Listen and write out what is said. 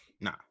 nah